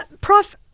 Prof